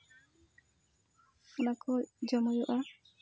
ᱚᱱᱟ ᱠᱚ ᱡᱚᱢ ᱦᱩᱭᱩᱜᱼᱟ